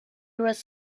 was